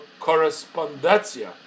correspondencia